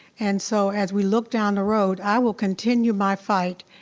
and so as we look down the road, i will continue my fight.